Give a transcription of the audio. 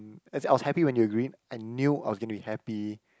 as in I was happy when you agreed I knew I was gonna be happy